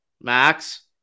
max